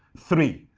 three.